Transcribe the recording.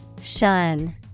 Shun